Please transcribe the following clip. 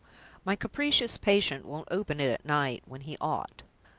my capricious patient won't open it at night, when he ought.